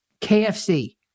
KFC